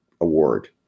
award